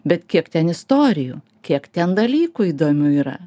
bet kiek ten istorijų kiek ten dalykų įdomių yra